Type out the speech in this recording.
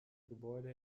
gebäude